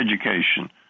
education